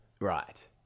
Right